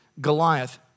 Goliath